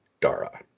Dara